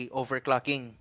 overclocking